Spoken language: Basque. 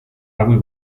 hauek